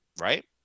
Right